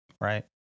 Right